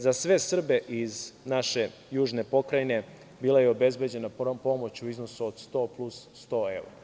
Za sve Srbe iz naše južne pokrajine bila je obezbeđena pomoć u iznosu od 100 plus 100 evra.